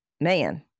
man